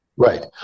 Right